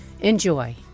Enjoy